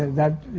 that?